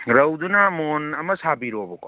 ꯔꯧꯗꯨꯅ ꯃꯣꯟ ꯑꯃ ꯁꯥꯕꯤꯔꯣꯕꯀꯣ